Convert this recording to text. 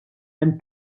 hemm